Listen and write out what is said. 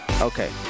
Okay